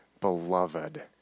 beloved